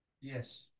yes